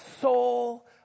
soul